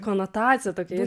konotaciją tokią irgi